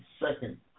second